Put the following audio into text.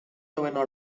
noveno